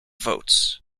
votes